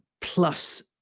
plus